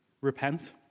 Repent